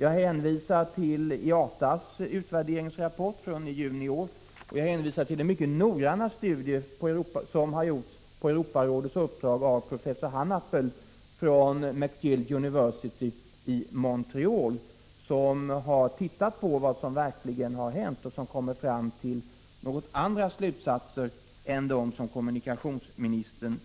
Jag hänvisar till IATA:s utvärderingsrapport från juni i år och till den mycket noggranna studie som på Europarådets uppdrag har gjorts av professor P.P.C. Haanappel från McGill University i Montreal. I denna studie har man noga tittat på vad som verkligen har hänt, och kommit fram till andra slutsatser än dem som kommunikationsministern